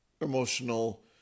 emotional